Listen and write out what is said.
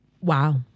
Wow